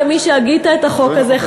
כמי שהגה את החוק הזה,